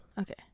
Okay